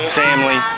family